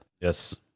yes